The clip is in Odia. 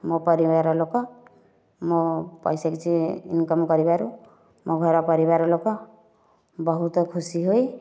ମୋ' ପରିବାର ଲୋକ ମୋ' ପଇସା କିଛି ଇନକମ୍ କରିବାରୁ ମୋ' ଘର ପରିବାର ଲୋକ ବହୁତ ଖୁସି ହୋଇ